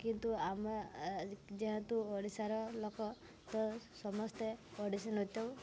କିନ୍ତୁ ଆମେ ଯେହେତୁ ଓଡ଼ିଶାର ଲୋକ ତ ସମସ୍ତେ ଓଡ଼ିଶୀ ନୃତ୍ୟକୁ